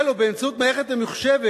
תהיה לו, באמצעות מערכת ממוחשבת,